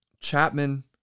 Chapman